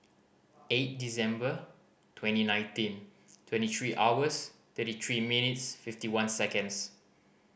eight December twenty nineteen twenty three hours thirty three minutes fifty one seconds